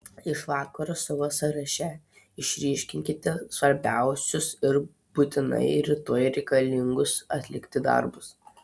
iš vakaro savo sąraše išryškinkite svarbiausius ir būtinai rytoj reikalingus atlikti darbus